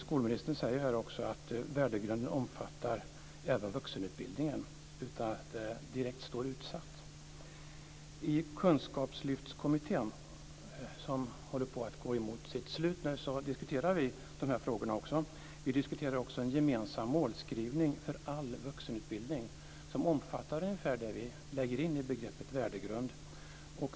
Skolministern säger här också att värdegrunden omfattar även vuxenutbildningen utan att det direkt står utsatt. I Kunskapslyftskommittén som håller på att gå mot sitt slut så diskuterar vi dessa frågor också. Vi diskuterar också en gemensam målskrivning för all vuxenutbildning som omfattar ungefär det som vi lägger in i begreppet värdegrund.